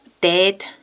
dead